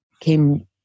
came